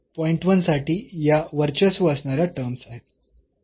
1 साठी या वर्चस्व असणाऱ्या टर्म्स आहेत